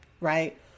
right